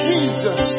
Jesus